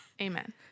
Amen